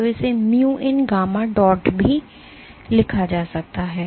तो इसे mu इन गामा डॉट भी लिखा जा सकता है